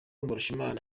mbarushimana